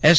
S